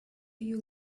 you